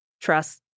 trust